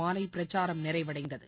மாலை பிரச்சாரம் நிறைவடைந்தது